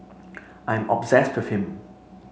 I am obsessed to him